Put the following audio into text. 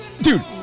dude